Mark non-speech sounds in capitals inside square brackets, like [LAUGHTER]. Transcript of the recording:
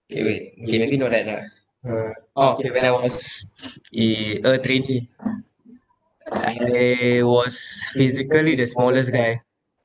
okay wait okay maybe not that ah uh orh K when I was [NOISE] in a trainee I uh was physically the smallest guy